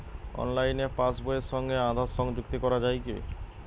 অনলাইনে পাশ বইয়ের সঙ্গে আধার সংযুক্তি করা যায় কি?